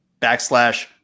backslash